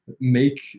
make